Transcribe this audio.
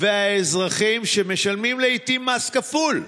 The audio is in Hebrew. והאזרחים שמשלמים לעיתים מס כפול,